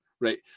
right